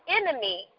enemy